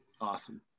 awesome